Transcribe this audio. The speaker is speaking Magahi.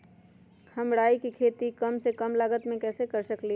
हम राई के खेती कम से कम लागत में कैसे कर सकली ह?